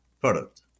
product